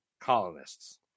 colonists